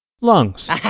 lungs